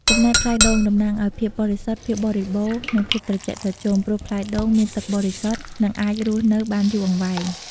ចំណែកផ្លែដូង តំណាងឲ្យ ភាពបរិសុទ្ធ ភាពបរិបូណ៌ និងភាពត្រជាក់ត្រជុំ ព្រោះផ្លែដូងមានទឹកបរិសុទ្ធ និងអាចរស់នៅបានយូរអង្វែង។